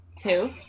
two